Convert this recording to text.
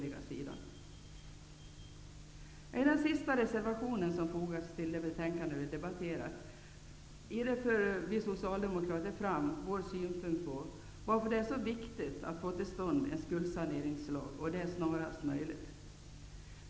I den sista reservation som fogats till det betänkande som vi nu debatterar framför vi socialdemokrater varför det är så viktigt att få till stånd en skuldsaneringslag, och det snarast möjligt.